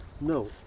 No